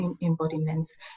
embodiments